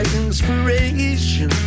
inspiration